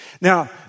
Now